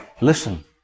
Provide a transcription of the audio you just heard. Listen